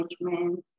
management